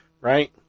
right